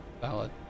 Valid